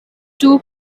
two